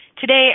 Today